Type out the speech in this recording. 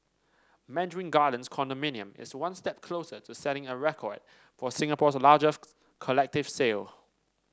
Mandarin Gardens condominium is one step closer to setting a record for Singapore's largest collective sale